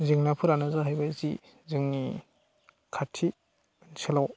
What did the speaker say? जेंनाफोरानो जाहैबाय जि जोंनि खाथि ओनसोलाव